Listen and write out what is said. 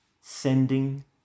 sending